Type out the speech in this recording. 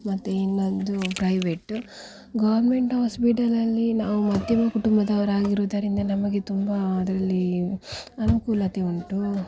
ಮತ್ತು ಇನ್ನೊಂದು private government ಹಾಸ್ಪಿಟಲಲ್ಲಿ ನಾವು ಮಧ್ಯಮ ಕುಟುಂಬದವರಾಗಿರುವುದರಿಂದ ನಮಗೆ ತುಂಬ ಅದರಲ್ಲಿ ಅನುಕೂಲತೆ ಉಂಟು